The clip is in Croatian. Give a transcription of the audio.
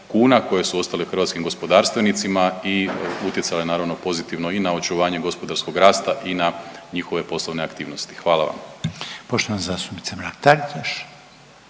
koje su ostale hrvatskim gospodarstvenicima i utjecale naravno pozitivno i na očuvanje gospodarskog rasta i na njihove poslovne aktivnosti. Hvala vam. **Reiner, Željko